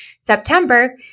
September